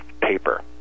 paper